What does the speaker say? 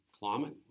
climate